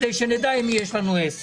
כדי שנדע עם מי יש לנו עסק.